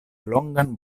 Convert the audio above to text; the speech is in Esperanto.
longan